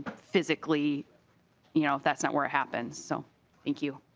physically you know that's not where it happens. so thank you.